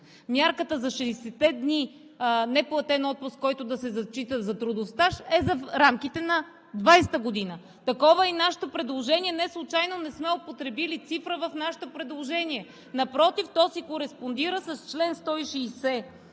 Мярката за 60-те дни неплатен отпуск, който да се зачита за трудов стаж, е в рамките на 2020 г. Такова е и предложението ни. Неслучайно не сме употребили цифра в нашето предложение. Напротив, то си кореспондира с чл. 160